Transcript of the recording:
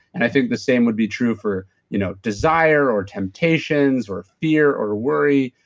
and i think the same would be true for you know desire or temptations or fear or worry.